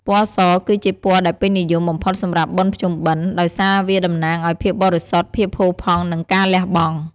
ពណ៌ស គឺជាពណ៌ដែលពេញនិយមបំផុតសម្រាប់បុណ្យភ្ជុំបិណ្ឌ ដោយសារវាតំណាងឱ្យភាពបរិសុទ្ធ ភាពផូរផង់ និងការលះបង់។